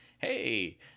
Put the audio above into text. Hey